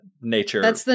nature